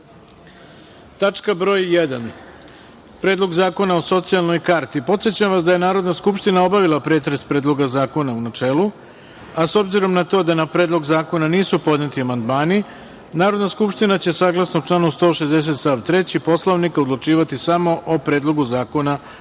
tačku – Predlog zakona o socijalnoj karti. Podsećam vas da je Narodna skupština obavila pretres Predloga zakona u načelu, a s obzirom na to da na Predlog zakona nisu podneti amandmani, Narodna skupština će, saglasno članu 160. stav 3. Poslovnika, odlučivati samo o Predlogu zakona u